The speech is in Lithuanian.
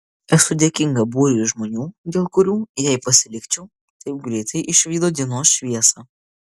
esu dėkinga būriui žmonių dėl kurių jei pasilikčiau taip greitai išvydo dienos šviesą